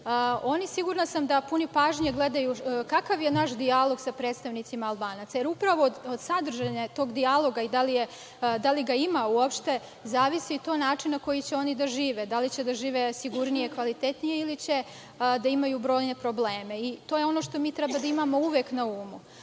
oni sigurna sam da s puno pažnje gledaju kakav je naš dijalog sa predstavnicima Albanaca. Upravo od sadržine tog dijaloga i da li ga ima uopšte zavisi način na koji će oni da žive, da li će da žive sigurnije i kvalitetnije, ili će da imaju brojne probleme. To je ono što mi treba da imamo uvek na